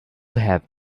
have